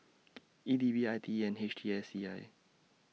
E D B I T E and H T S C I